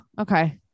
Okay